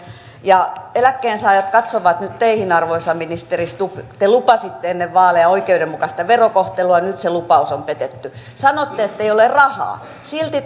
ja eläkkeensaajat katsovat nyt teihin arvoisa ministeri stubb te lupasitte ennen vaaleja oikeudenmukaista verokohtelua ja nyt se lupaus on petetty sanotte että ei ole rahaa silti